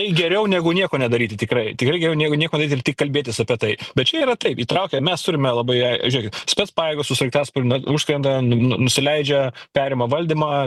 geriau negu nieko nedaryti tikrai tikrai geriau negu nieko nedaryt ir tik kalbėtis apie tai bet čia yra taip įtraukia mes turime labai ai žėkit spec pajėgos su sraigtasparniu užskrenda n nu nusileidžia perima valdymą